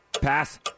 Pass